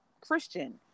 Christian